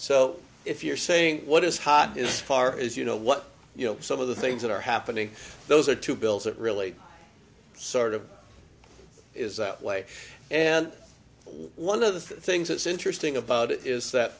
so if you're saying what is hot is far is you know what you know some of the things that are happening those are two bills that really sort of is that way and one of the things that's interesting about it is that